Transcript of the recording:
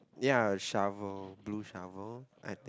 ya shovel blue shovel I think